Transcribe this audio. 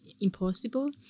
impossible